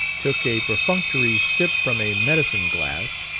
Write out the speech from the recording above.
took a perfunctory sip from a medicine-glass,